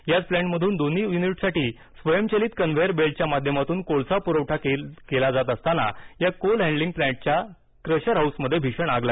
याच प्लांटमधून दोन्ही युनिटसाठी स्वयंचलित कन्व्हेअर बेल्टच्या माध्यमातून कोळसा पुरवठा केला जात असतांना या कोल हँडलिंग प्लांटच्या क्रशर हाऊसमध्ये भीषण आग लागली